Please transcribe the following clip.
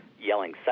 yelling